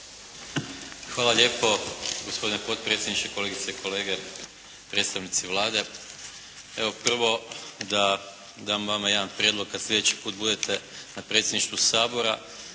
Hvala lijepo gospodine potpredsjedniče. Kolegice i kolege, predstavnici Vlade evo prvo da dam vama jedan prijedlog kad sljedeći put budete na predsjedništvu Sabora